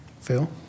Phil